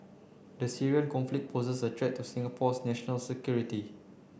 the Syrian conflict poses a threat to Singapore's national security